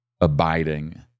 abiding